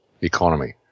Economy